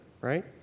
right